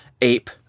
ape